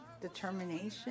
determination